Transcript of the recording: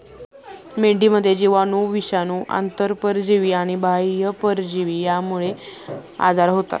मेंढीमध्ये जीवाणू, विषाणू, आंतरपरजीवी आणि बाह्य परजीवी यांमुळे आजार होतात